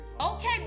Okay